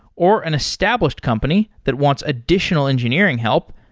or an established company that wants additional engineering help,